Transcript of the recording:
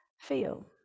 feel